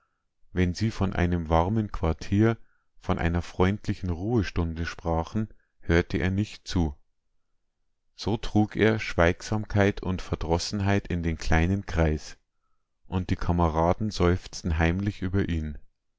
wenn sie von einem warmen quartier von einer freundlichen ruhestunde sprachen hörte er nicht zu so trug er schweigsamkeit und verdrossenheit in den kleinen kreis und die kameraden seufzten heimlich über ihn